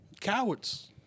Cowards